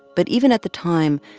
but even at the time,